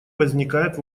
возникает